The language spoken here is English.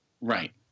Right